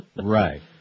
Right